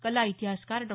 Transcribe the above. कला इतिहासकार डॉ